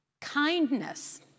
kindness